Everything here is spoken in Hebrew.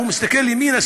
הוא מסתכל ימינה,